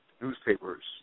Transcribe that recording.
newspapers